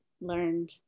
learned